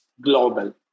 global